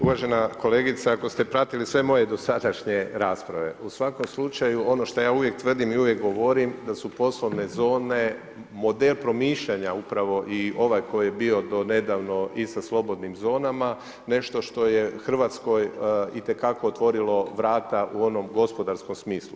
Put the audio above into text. Uvažena kolegice, ako ste pratili sve moje dosadašnje rasprave, u svakom slučaju ono što ja uvijek tvrdim i uvijek govorim da su poslovne zone model promišljanja upravo i ovaj koji je bio do nedavno i sa slobodnim zonama, nešto što je Hrvatskoj itekako otvorilo vrata u onom gospodarskom smislu.